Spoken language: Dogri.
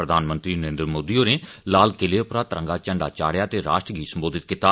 प्रधानमंत्री नरेन्द्र मोदी होरें लाल किले पर तिरंगा झंडा चाढ़ेआ ते राश्ट्र गी संबोधित कीता